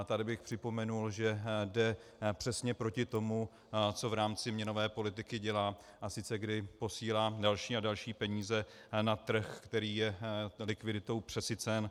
Tady bych připomněl, že jde přesně proti tomu, co v rámci měnové politiky dělá, a sice kdy posílá další a další peníze na trh, který je likviditou přesycen.